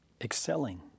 Excelling